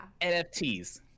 nfts